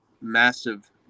massive